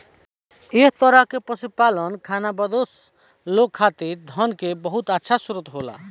एह तरह के पशुपालन खानाबदोश लोग खातिर धन के बहुत अच्छा स्रोत होला